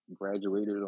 Graduated